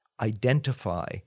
identify